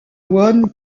one